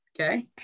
okay